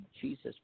Jesus